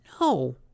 no